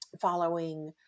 following